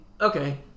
Okay